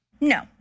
No